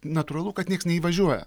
natūralu kad nieks neįvažiuoja